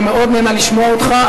אני מאוד נהנה לשמוע אותך.